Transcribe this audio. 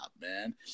man